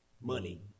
money